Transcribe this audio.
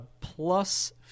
plus